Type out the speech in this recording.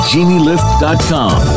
GenieLift.com